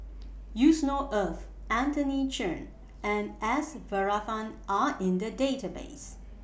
Yusnor Ef Anthony Chen and S Varathan Are in The Database